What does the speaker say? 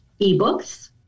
ebooks